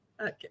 Okay